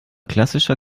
klassischer